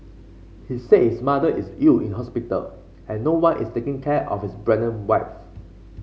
he said his mother is ill in hospital and no one is taking care of his pregnant wife